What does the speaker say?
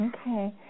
Okay